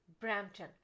Brampton